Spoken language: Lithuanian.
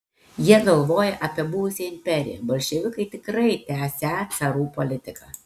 jie galvoja apie buvusią imperiją bolševikai tikrai tęsią carų politiką